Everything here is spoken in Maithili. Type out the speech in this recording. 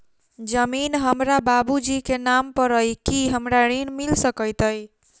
जमीन हमरा बाबूजी केँ नाम पर अई की हमरा ऋण मिल सकैत अई?